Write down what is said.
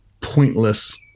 pointless